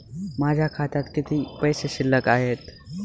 माझ्या खात्यात किती पैसे शिल्लक आहेत?